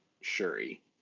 Shuri